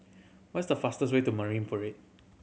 what's the fastest way to Marine Parade